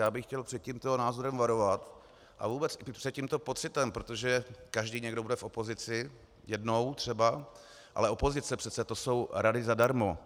Já bych chtěl před tímto názorem varovat a vůbec i před tímto pocitem, protože každý jednou bude v opozici třeba, ale opozice přece, to jsou rady zadarmo.